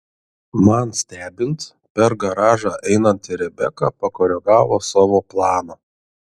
man stebint per garažą einanti rebeka pakoregavo savo planą